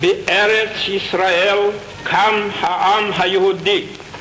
"בארץ-ישראל קם העם היהודי,